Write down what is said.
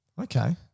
Okay